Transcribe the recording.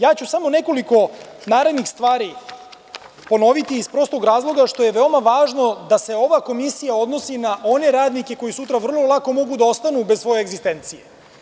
Ja ću samo nekoliko narednih stvari ponoviti iz razloga što je veoma važno da se ova komisija odnosi na one radnike koji sutra vrlo lako mogu da ostanu bez svoje egzistencije.